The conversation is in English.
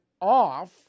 off